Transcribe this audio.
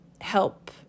help